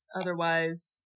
Otherwise